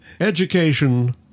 education